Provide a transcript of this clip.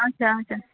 اَچھا اَچھا